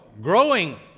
growing